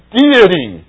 deity